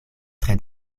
tre